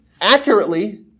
accurately